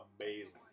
amazing